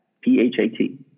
P-H-A-T